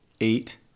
eight